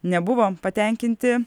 nebuvo patenkinti